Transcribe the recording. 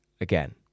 again